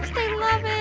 they love it?